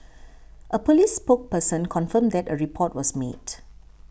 a police spoke person confirmed that a report was made